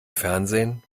fernsehen